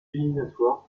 éliminatoires